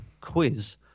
quiz